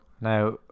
now